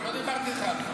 אבל לא דיברתי איתך על זה.